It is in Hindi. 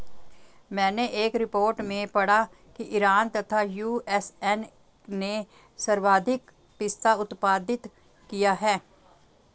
मैनें एक रिपोर्ट में पढ़ा की ईरान तथा यू.एस.ए ने सर्वाधिक पिस्ता उत्पादित किया